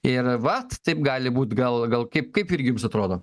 ir vat taip gali būt gal gal kaip kaip irgi jums atrodo